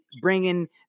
bringing